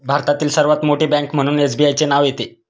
भारतातील सर्वात मोठी बँक म्हणून एसबीआयचे नाव येते